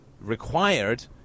required